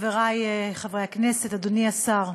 חברי חברי הכנסת, אדוני השר,